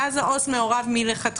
ואז העובד הסוציאלי מעורב מלכתחילה.